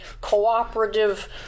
cooperative